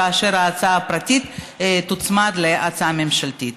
כאשר ההצעה הפרטית תוצמד להצעה הממשלתית.